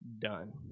done